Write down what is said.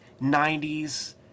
90s